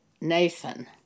Nathan